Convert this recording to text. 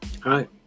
Hi